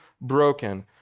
broken